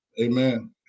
Amen